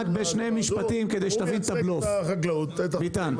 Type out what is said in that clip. רק בשני משפטים כדי שתבין את הבלוף, ביטן.